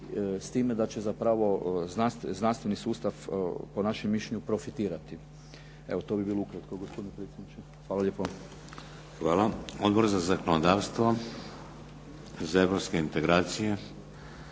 s time da će zapravo znanstveni sustav po našem mišljenju profitirati. Evo to bi bilo ukratko gospodine predsjedniče. Hvala lijepo. **Šeks, Vladimir (HDZ)** Hvala. Odbor za zakonodavstvo, za europske integracije,